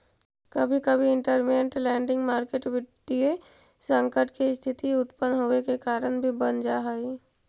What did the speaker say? कभी कभी इंटरमेंट लैंडिंग मार्केट वित्तीय संकट के स्थिति उत्पन होवे के कारण भी बन जा हई